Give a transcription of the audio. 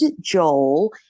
Joel